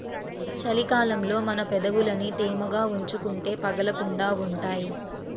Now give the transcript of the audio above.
చలి కాలంలో మన పెదవులని తేమగా ఉంచుకుంటే పగలకుండా ఉంటాయ్